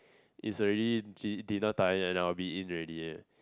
is already dinner time and I will be in already